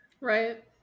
Right